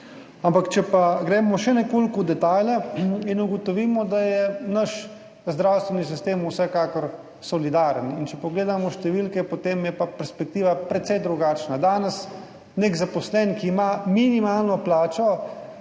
Ampak če gremo še nekoliko v detajle, ugotovimo, da je naš zdravstveni sistem vsekakor solidaren. Če pogledamo številke, potem je pa perspektiva precej drugačna. Danes nek zaposleni, ki ima minimalno plačo,